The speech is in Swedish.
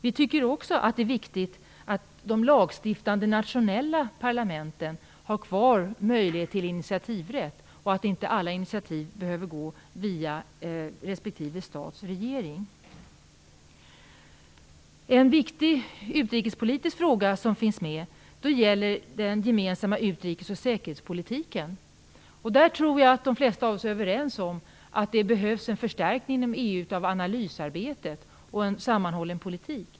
Vi tycker också att det är viktigt att de lagstiftande nationella parlamenten har kvar en möjlighet till initiativrätt och att inte alla initiativ behöver gå via respektive stats regering. En viktig utrikespolitisk fråga som finns med gäller den gemensamma utrikes och säkerhetspolitiken. Där tror jag att de flesta av oss är överens om att det behövs en förstärkning inom EU av analysarbetet och en sammanhållen politik.